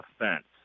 offense